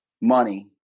money